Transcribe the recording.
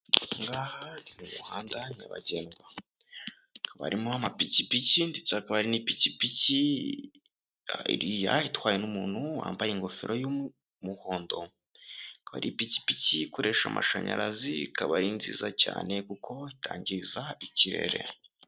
Aha ngaha ni ku muhanda nyagendwa, akaba arimo amapikipiki ndetse hakaba hari n'ipikipiki iriya itwawe n'umuntu wambaye ingofero y'umuhondo, ikaba ari ipikipiki ikoresha amashanyarazi, ikaba ari nziza cyane kuko itangiza ikirere.